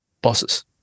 bosses